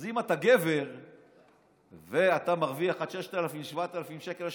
אז אם אתה גבר ואתה מרוויח עד 6,000 7,000 שקל,